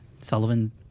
Sullivan